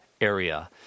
area